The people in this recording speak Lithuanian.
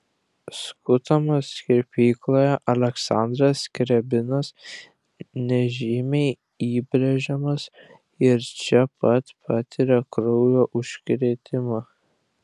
skutamas kirpykloje aleksandras skriabinas nežymiai įbrėžiamas ir čia pat patiria kraujo užkrėtimą